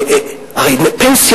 הרי פנסיה,